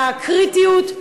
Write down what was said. על הקריטיות.